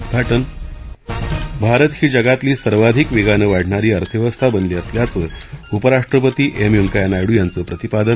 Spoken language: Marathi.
उद्घाटन भारत ही जगातली सर्वाधिक वेगानं वाढणारी अर्थव्यवस्था बनली असल्याचं उपराष्ट्रपती एम वैंकय्या नायडू यांचं प्रतिपादन